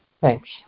Thanks